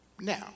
Now